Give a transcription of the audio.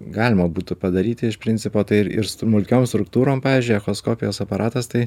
galima būtų padaryti iš principo tai ir ir smulkiom struktūrom pavyzdžiui echoskopijos aparatas tai